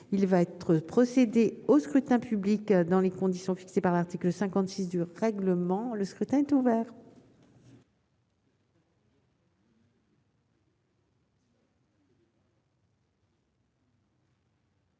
Il va être procédé au scrutin dans les conditions fixées par l'article 56 du règlement. Le scrutin est ouvert.